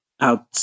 out